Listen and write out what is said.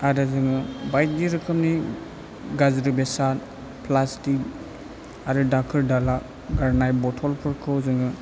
आरो जोङो बायदि रोखोमनि गाज्रि बेसाद फ्लासथिक आरो दाखोर दाला गारनाय बथलफोरखौ जोङो